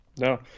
No